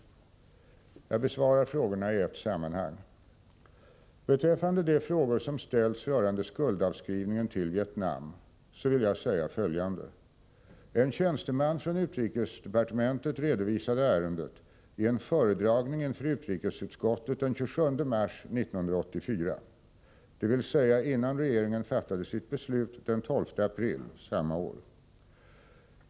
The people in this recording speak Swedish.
Jag besvarar frågorna i ett sammanhang. Beträffande de frågor som ställts rörande skuldavskrivningen till Vietnam vill jag säga följande. En tjänsteman från UD redovisade ärendet i en föredragning inför utrikesutskottet den 27 mars 1984, dvs. innan regeringen fattade sitt beslut den 12 april samma år.